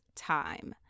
time